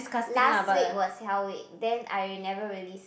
last week was hell week then I never really s~